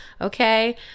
okay